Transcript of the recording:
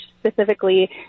specifically